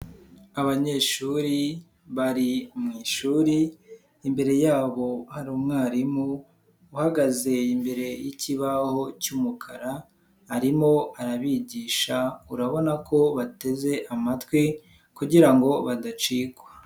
Abanyeshuri bari mu ishuri, imbere yabo hari umwarimu uhagaze imbere y'ikibaho cy'umukara, arimo arabigisha, urabona ko bateze amatwi kugira ngo badacikwa.